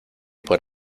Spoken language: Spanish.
por